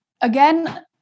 again